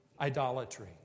idolatry